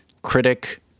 critic